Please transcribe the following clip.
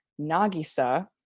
Nagisa